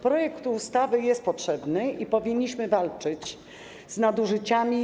Projekt ustawy jest potrzebny i powinniśmy walczyć z nadużyciami.